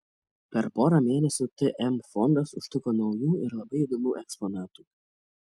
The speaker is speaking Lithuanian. per porą mėnesių tm fondas užtiko naujų ir labai įdomių eksponatų